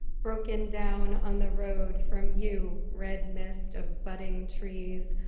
broken down on the road from you, red mist of budding trees,